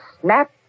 snap